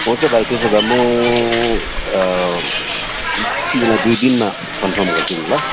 हुन्छ भाइ त्यसो भए म तिमीलाई दुई दिनमा कन्फर्म गर्छु नि ल